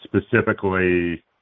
Specifically